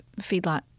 feedlot